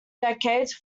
decades